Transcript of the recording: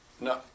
No